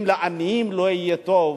אם לעניים לא יהיה טוב,